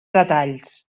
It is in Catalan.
detalls